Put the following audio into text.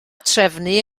trefnu